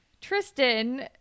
Tristan